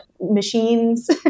machines